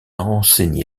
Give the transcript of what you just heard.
enseigné